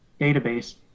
database